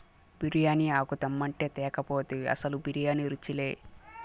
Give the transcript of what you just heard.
బిర్యానీ ఆకు తెమ్మంటే తేక పోతివి అసలు బిర్యానీ రుచిలే